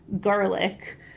garlic